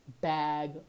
bag